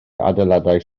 adeiladau